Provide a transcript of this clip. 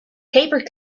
paper